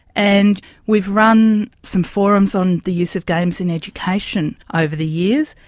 and we've run some forums on the use of games in education over the years,